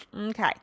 Okay